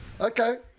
Okay